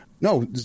no